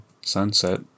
sunset